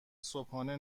صبحانه